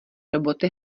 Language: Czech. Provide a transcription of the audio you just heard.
roboty